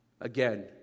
Again